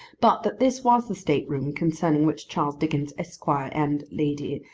but that this was the state-room concerning which charles dickens, esquire, and lady,